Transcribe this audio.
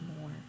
more